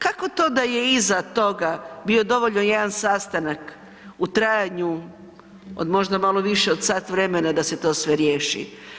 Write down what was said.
Kako to da je iza toga bio dovoljno jedan sastanak u trajanju od možda malo više od sat vremena da se to sve riješi.